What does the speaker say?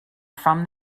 from